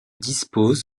dispose